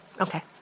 Okay